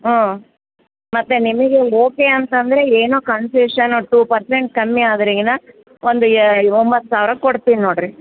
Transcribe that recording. ಹ್ಞೂ ಮತ್ತೆ ನಿಮಗೆ ಓಕೆ ಅಂತಂದರೆ ಏನು ಕನ್ಸೆಶನ್ ಟು ಪರ್ಸೆಂಟ್ ಕಮ್ಮಿ ಅದ್ರ್ಕಿನ ಒಂದು ಒಂಬತು ಸಾವಿರಕ್ಕೆ ಕೊಡ್ತಿನಿ ನೋಡಿರಿ